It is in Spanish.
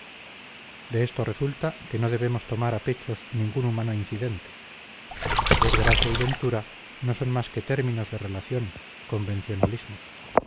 de esto resulta que no debemos tomar a pechos ningún humano incidente desgracia y ventura no son más que términos de relación convencionalismos